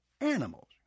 animals